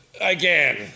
again